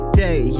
day